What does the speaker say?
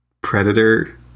predator